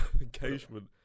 Engagement